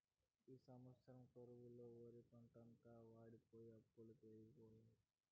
ఈ సంవత్సరం కరువుతో ఒరిపంటంతా వోడిపోయె అప్పులు పెరిగిపాయె